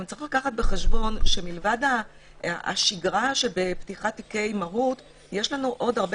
גם יש לקחת בחשבון שמלבד השגרה שבפתיחת תיקי מהו"ת יש לנו עוד הרבה